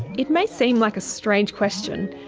it may seem like a strange question,